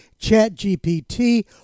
ChatGPT